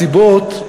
הסיבות: